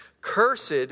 Cursed